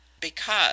Because